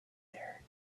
there